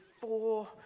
four